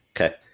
Okay